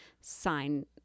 sign